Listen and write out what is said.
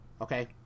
okay